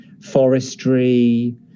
forestry